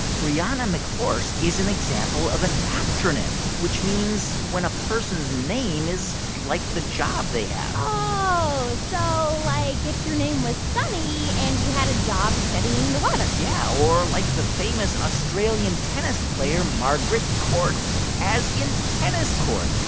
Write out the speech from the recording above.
brianna mchorse is an example of an aptronym, which means when a person's name is like the job they have oh. so like if your name was sunny, and you had a job studying the weather yeah. or like the famous australian tennis player margaret court as in tennis court.